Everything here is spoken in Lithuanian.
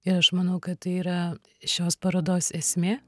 ir aš manau kad tai yra šios parodos esmė